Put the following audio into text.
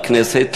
בכנסת,